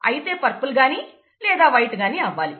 అయితే పర్పుల్ గాని వైట్ గాని అవ్వాలి